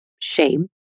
shame